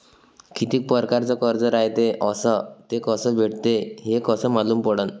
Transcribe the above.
कितीक परकारचं कर्ज रायते अस ते कस भेटते, हे कस मालूम पडनं?